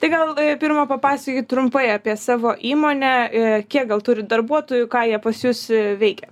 tai gal pirma papasakokit trumpai apie savo įmonę ė kiek gal turit darbuotojų ką jie pas jus veikia